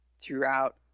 throughout